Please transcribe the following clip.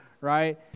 right